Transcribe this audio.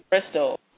crystal